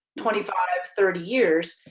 twenty five, thirty years,